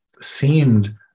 seemed